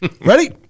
Ready